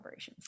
collaborations